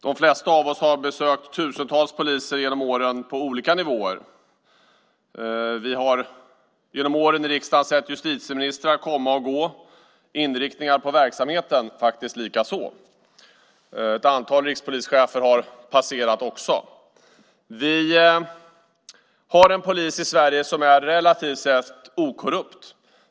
De flesta av oss har besökt tusentals poliser genom åren på olika nivåer. Vi har genom åren i riksdagen sett justitieministrar komma och gå, inriktningar på verksamheten likaså. Ett antal rikspolischefer har också passerat. Vi har en polis i Sverige som relativt sett är okorrupt.